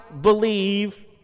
believe